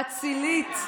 אצילית,